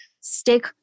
stick